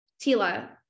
Tila